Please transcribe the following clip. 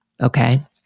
Okay